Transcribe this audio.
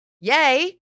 yay